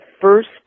first